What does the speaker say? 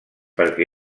perquè